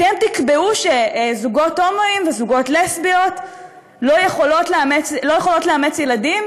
אתם תקבעו שזוגות הומואים וזוגות לסביות לא יכולים לאמץ ילדים?